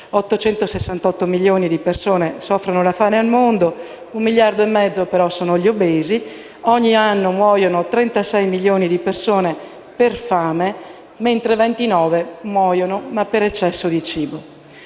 868 milioni di persone soffrono la fame nel mondo, un miliardo e mezzo però sono gli obesi; ogni anno muoiono 36 milioni di persone per fame mentre 29 milioni muoiono per eccesso di cibo.